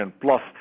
plus